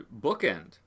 bookend